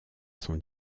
son